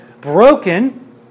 broken